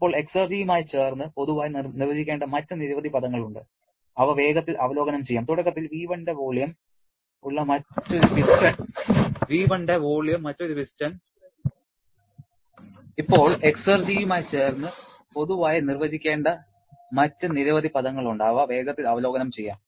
ഇപ്പോൾ എക്സർജിയുമായി ചേർന്ന് പൊതുവായി നിർവചിക്കേണ്ട മറ്റ് നിരവധി പദങ്ങളുണ്ട് അവ വേഗത്തിൽ അവലോകനം ചെയ്യാം